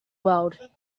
world